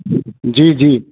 जी जी